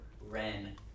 Ren